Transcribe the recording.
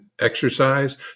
exercise